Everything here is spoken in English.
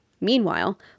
Meanwhile